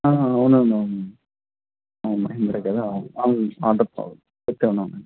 అవునవును అవును ఆ మహీంద్రా కదా అవును తెరిచే ఉన్నాం అండి